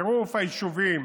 צירוף היישובים